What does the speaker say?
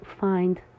find